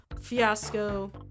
fiasco